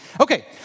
Okay